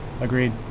agreed